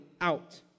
out